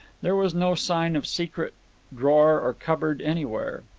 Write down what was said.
there was no sign of secret drawer or cupboard anywhere.